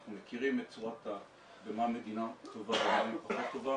אנחנו מכירים במה המדינה טובה ובמה היא פחות טובה